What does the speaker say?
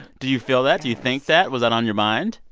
do you feel that? do you think that? was that on your mind?